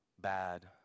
bad